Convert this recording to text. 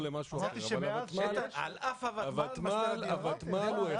למשהו אחר ----- הוותמ"ל הוא אחד